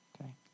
Okay